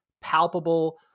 palpable